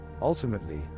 Ultimately